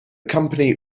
company